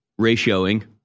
ratioing